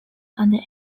other